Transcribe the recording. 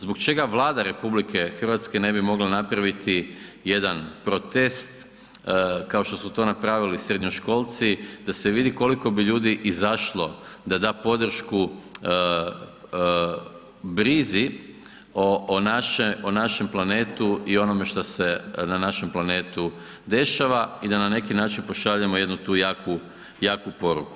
Zbog čega Vlada RH ne bi mogla napraviti jedan protest kao što su to napravili srednjoškolci da se vidi koliko bi ljudi izašlo da da podršku brizi o našem planetu i onome šta se na našem planetu dešava i da na neki način pošaljemo jednu tu jaku poruku.